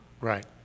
Right